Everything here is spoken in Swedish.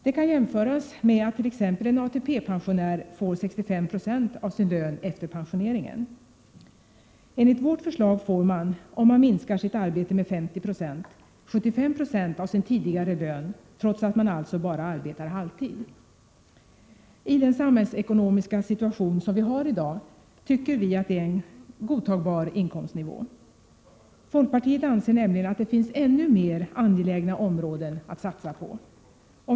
Det kan jämföras med att t.ex. en ATP-pensionär får 65 96 av sin lön efter pensioneringen. Enligt vårt förslag får man — om man minskar sitt arbete med 50 96-75 90 av sin tidigare lön, trots att man bara arbetar halvtid. I den samhällsekonomiska situation som vi har i dag, tycker vi att det är en godtagbar inkomstnivå. Folkpartiet anser nämligen att det finns ännu mer angelägna områden att satsa på.